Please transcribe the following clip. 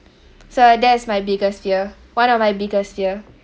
so that's my biggest fear one of my biggest fear